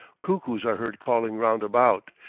cuckoos are heard calling round about,